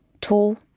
tall